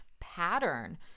pattern